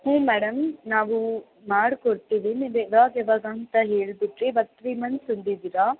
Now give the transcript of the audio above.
ಹ್ಞೂ ಮೇಡಮ್ ನಾವು ಮಾಡಿಕೊಡ್ತೀವಿ ನೀವು ಯಾವಾಗ ಯಾವಾಗ ಅಂತ ಹೇಳಿಬಿಟ್ರೆ ಇವಾಗ ಥ್ರೀ ಮಂಥ್ಸ್ ಅಂದಿದ್ದೀರಾ